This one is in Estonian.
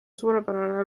suurepärane